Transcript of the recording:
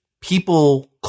people